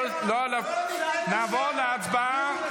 נעבור להצבעה.